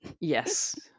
Yes